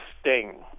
sting